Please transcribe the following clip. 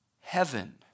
heaven